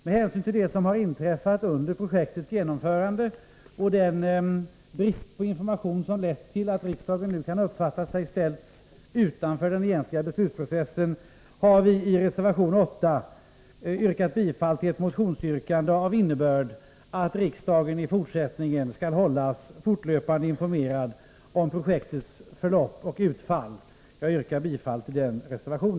Med hänsyn till det som har inträffat under projektets genomförande och den brist på information som har lett till ätt riksdagen nu kan uppfatta sig ha ställts utanför den egentliga beslutsprocessen, har vi i reservation 8 yrkat bifall till ett motionsyrkande av innebörd att riksdagen i fortsättningen skall hållas fortlöpande informerad om projektets förlopp och utfall. Jag yrkar bifall till denna reservation.